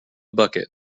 bucket